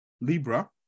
Libra